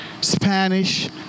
Spanish